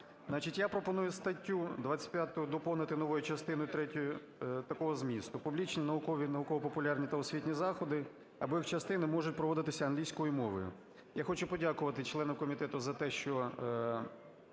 я пропоную статтю 25 доповнити новою частиною третьою такого змісту: "Публічні наукові, науково-популярні та освітні заходи, або їх частини, можуть проводитися англійською мовою". Я хочу подякувати членам комітету за те, що